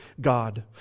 God